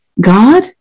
God